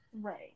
Right